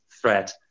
threat